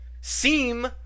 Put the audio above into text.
seem